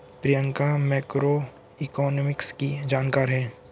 Priyanka macroeconomics की जानकार है